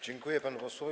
Dziękuję panu posłowi.